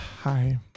Hi